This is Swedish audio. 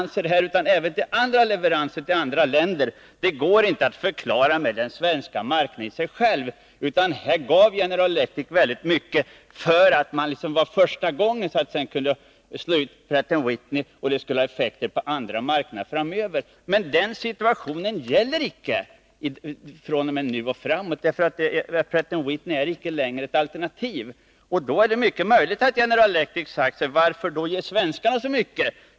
Det går inte att förklara med den svenska marknaden i sig själv, utan här gav General Electric väldigt mycket första gången för att kunna slå ut Pratt & Whitney, vilket skulle kunna ha effekt på andra marknader framöver. Men den situationen gäller icke fr.o.m. nu och framåt, därför att Pratt & Whitney är inte längre ett alternativ. Det är mycket möjligt att General Electric säger: Varför skall vi då ge svenskarna så mycket?